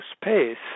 space